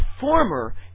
former